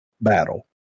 battle